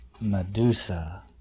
Medusa